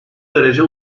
derece